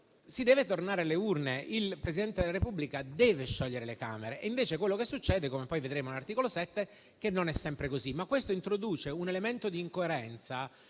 si deve tornare alle urne e il Presidente della Repubblica deve sciogliere le Camere. Succede, invece, come poi vedremo nell'articolo 7, che non è sempre così. Questo introduce un elemento di incoerenza